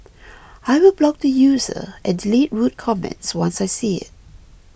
I will block the user and delete rude comments once I see it